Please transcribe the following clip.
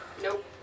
Nope